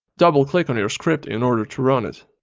double click on your script in order to run it.